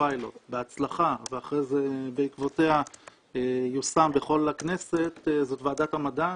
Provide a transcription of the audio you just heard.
הפיילוט בהצלחה ואחרי זה בעקבותיה יושם בכל הכנסת זאת ועדת המדע,